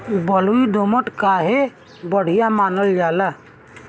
बलुई दोमट काहे बढ़िया मानल जाला?